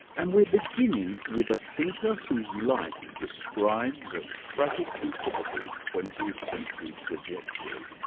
and we're beginning with a thinker whose life describes a tragically typical twentieth century trajectory.